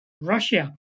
Russia